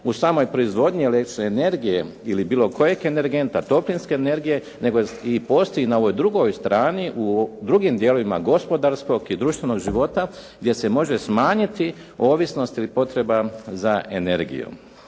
u samoj proizvodnji električne energije ili bilo kojeg energenta, toplinske energije nego i postoji na ovoj drugoj strani u drugim dijelovima gospodarskog i društvenog života gdje se može smanjiti ovisnost ili potreba za energijom.